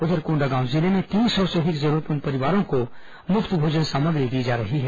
उधर कोंडागांव जिले में तीन सौ से अधिक जरूरतमंद परिवारों को निःशुल्क भोजन सामग्री दी जा रही है